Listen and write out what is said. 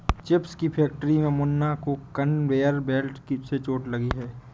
chips की factory में मुन्ना को कन्वेयर बेल्ट से चोट लगी है